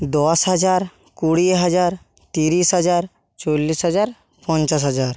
দশ হাজার কুড়ি হাজার তিরিশ হাজার চল্লিশ হাজার পঞ্চাশ হাজার